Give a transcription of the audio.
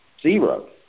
Zero